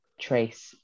trace